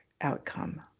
outcome